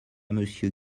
monsieur